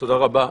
תודה רבה.